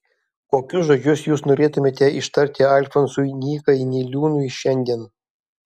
kokius žodžius jūs norėtumėte ištarti alfonsui nykai niliūnui šiandien